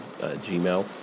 Gmail